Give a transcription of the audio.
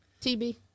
TB